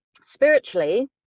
spiritually